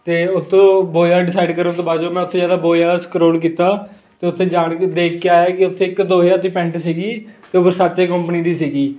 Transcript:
ਅਤੇ ਉੱਥੋਂ ਬਹੁਤ ਜ਼ਿਆਦਾ ਡਿਸਾਈਡ ਕਰਨ ਤੋਂ ਬਾਅਦ ਜਦੋਂ ਮੈਂ ਉੱਥੇ ਜ਼ਿਆਦਾ ਬਹੁਤ ਜ਼ਿਆਦਾ ਸਕਰੋਲ ਕੀਤਾ ਅਤੇ ਉੱਥੇ ਜਾਣ ਕੇ ਦੇਖ ਕੇ ਆਇਆ ਕਿ ਉੱਥੇ ਇੱਕ ਦੋ ਹਜ਼ਾਰ ਦੀ ਪੈਂਟ ਸੀਗੀ ਅਤੇ ਉਹ ਵੀਸਾਚੇ ਕੰਪਨੀ ਦੀ ਸੀਗੀ